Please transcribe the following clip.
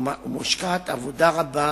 ומושקעת עבודה רבה,